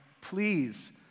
please